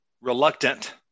reluctant